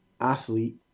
athlete